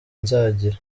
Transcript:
nzagira